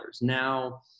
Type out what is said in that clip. now